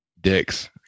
dicks